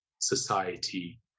society